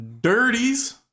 Dirties